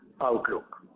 outlook